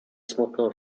smutną